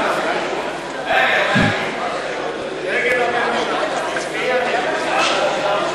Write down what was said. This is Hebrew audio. רצונה להחיל דין רציפות על הצעת חוק גיל הנישואין